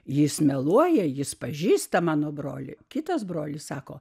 jis meluoja jis pažįsta mano brolį kitas brolis sako